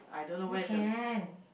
still can